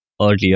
earlier